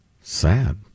Sad